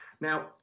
now